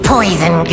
Poison